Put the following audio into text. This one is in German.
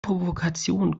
provokation